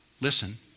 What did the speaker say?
Listen